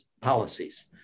policies